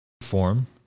form